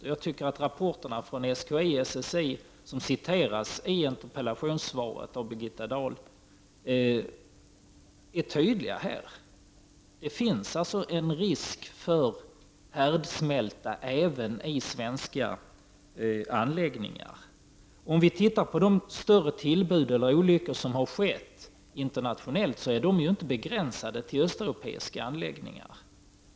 Och jag tycker att rapporterna från SKI och SSI som citeras i interpellationssvaret av Birgitta Dahl är tydliga. Det finns alltså en risk för härdsmälta även i svenska anläggningar. Om vi ser på de större tillbuden och olyckorna som har skett internationellt är de inte begränsade till östeuropeiska anläggningar.